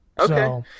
Okay